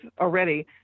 already